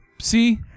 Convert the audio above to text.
see